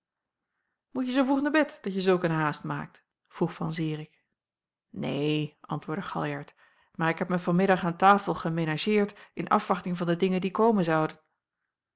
moet je zoo vroeg naar bed dat je zulk een haast maakt vroeg van zirik neen antwoordde galjart maar ik heb mij van middag aan tafel gemenageerd in afwachting van de dingen die komen zouden